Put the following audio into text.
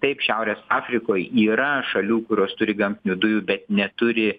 taip šiaurės afrikoj yra šalių kurios turi gamtinių dujų bet neturi